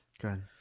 Good